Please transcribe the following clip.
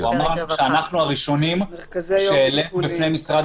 והוא אמר לנו שאנחנו הראשונים שהעלינו בפני משרד